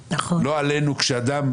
לא עלינו כשאדם,